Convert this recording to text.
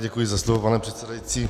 Děkuji za slovo, pane předsedající.